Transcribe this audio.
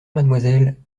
mademoiselle